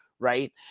Right